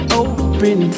open